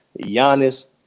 Giannis